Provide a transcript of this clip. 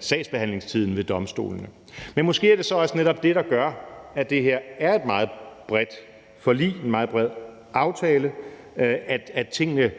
sagsbehandlingstiden ved domstolene. Men måske er det så også netop det, der gør, at det her er et meget bredt forlig, en meget bred aftale, altså at tingene